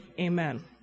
amen